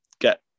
get